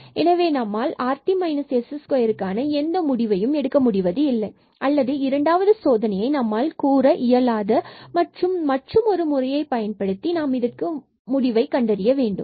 எனவே நம்மால் rt s2 எந்த ஒரு முடிவையும் எடுக்க முடிவது இல்லை அல்லது இரண்டாவது சோதனையை நம்மால் கூற இயலாத மற்றும் மற்றொரு முறையை பயன்படுத்தி நாம் இதற்கான முடிவை கண்டறிய வேண்டும்